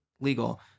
legal